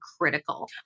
critical